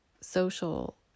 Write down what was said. social